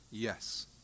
Yes